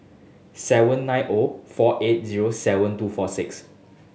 seven nine O four eight zero seven two four six